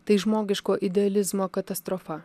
tai žmogiško idealizmo katastrofa